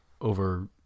over